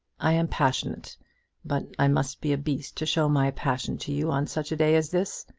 i am passionate but i must be a beast to show my passion to you on such a day as this.